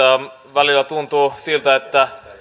välillä tuntuu siltä että